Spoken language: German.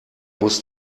muss